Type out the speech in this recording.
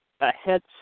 ahead